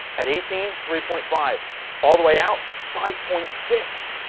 at eighteen three point five all the way out five point six.